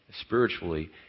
spiritually